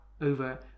over